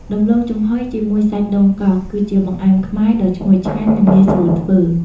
ដំឡូងចំហុយជាមួយសាច់ដូងកោស គឺជាបង្អែមខ្មែរដ៏ឈ្ងុយឆ្ងាញ់ និងងាយស្រួលធ្វើ។